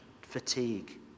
fatigue